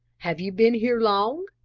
have you been here long?